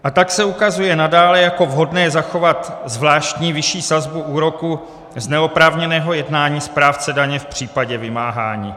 A tak se ukazuje jako vhodné zachovat zvláštní vyšší sazbu úroku z neoprávněného jednání správce daně v případě vymáhání.